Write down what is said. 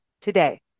today